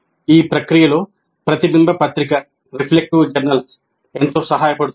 ఈ ప్రక్రియలో ప్రతిబింబ పత్రిక ఎంతో సహాయపడుతుంది